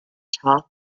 taught